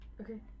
Okay